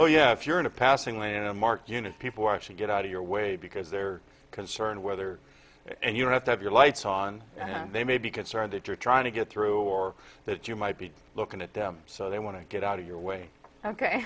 oh yeah if you're in a passing lane in a marked unit people actually get out of your way because they're concerned whether and you have to have your lights on and they may be concerned that you're trying to get through or that you might be looking at them so they want to get out of your way ok